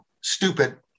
stupid